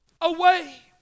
away